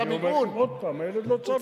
אני אומר לכם עוד פעם: הילד לא צד בעניין.